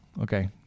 Okay